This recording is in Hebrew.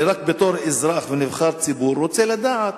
בתור אזרח ונבחר ציבור, אני רק רוצה לדעת: